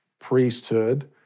priesthood